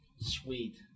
Sweet